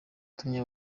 utumye